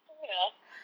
ya